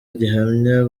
gihamya